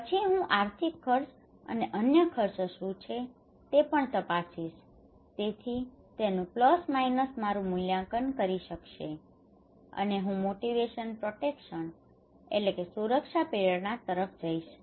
પછી હું આર્થિક ખર્ચ અને અન્ય ખર્ચ શું છે તે પણ તપાસીશ તેથી તેનું પ્લસ માઇનસ મારું મૂલ્યાંકન નક્કી કરશે અને હું મોટિવેશન પ્રોટેક્શન motivation protection સુરક્ષા પ્રેરણા તરફ જઈશ